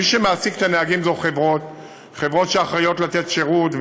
מי שמעסיקות את הנהגים הן חברות שאחראיות למתן שירות,